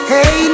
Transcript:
Hey